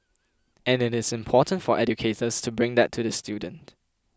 and it is important for educators to bring that to the student